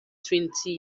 twenty